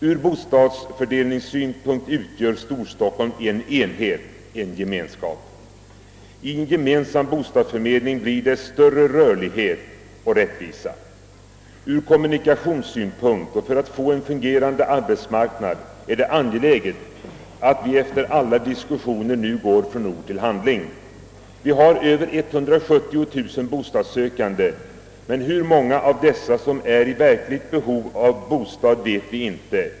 Ur bostadsfördelningssynpunkt utgör Storstockholm en enhet, en gemenskap. Med en gemensam bostadsförmedling uppnås större rörlighet och rättvisa. Ur kommunikationssynpunkt och för att få en fungerande arbetsmarknad är det angeläget att vi efter alla diskussioner nu går från ord till handling. Vi har över 170 000 bostadssökande, men hur många av dessa som är i verkligt behov av bostad vet vi inte.